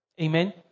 Amen